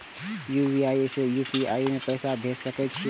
हम यू.पी.आई से यू.पी.आई में पैसा भेज सके छिये?